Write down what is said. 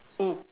mm